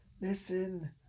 Listen